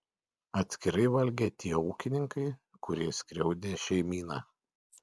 atskirai valgė tie ūkininkai kurie skriaudė šeimyną